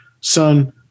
son